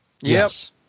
Yes